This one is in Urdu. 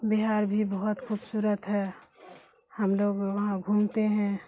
بہار بھی بہت خوبصورت ہے ہم لوگ وہاں گھومتے ہیں